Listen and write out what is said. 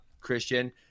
Christian